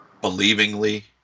believingly